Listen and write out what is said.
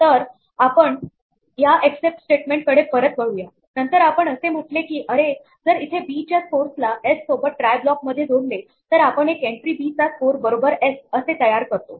तरआपण या except statement कडे परत वळूया नंतर आपण असे म्हटले की अरे जर इथे बी च्या स्कोरसला एस सोबत ट्राय ब्लॉक मध्ये जोडले तर आपण एक एन्ट्री बी चा स्कोर बरोबर एस असे तयार करतो